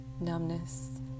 numbness